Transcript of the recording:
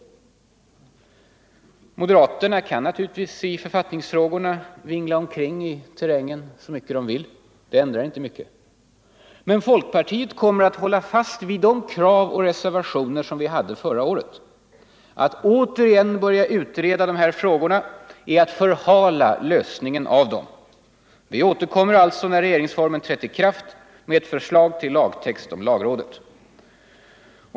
Lagrådsgranskning Moderaterna kan naturligtvis i författningsfrågorna vingla omkring i av regeringens terrängen så mycket de vill; det ändrar inte mycket. Men folkpartiet — lagförslag kommer att hålla fast vid de krav och reservationer som vi hade förra året. Att återigen börja utreda de här frågorna är att förhala lösningen av dem. Vi återkommer alltså, när regeringsformen trätt i kraft, med ett förslag till lagtext om lagrådet.